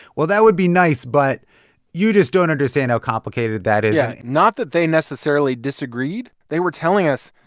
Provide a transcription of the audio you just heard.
well, that would be nice, but you just don't understand how complicated that is yeah not that they necessarily disagreed. they were telling us,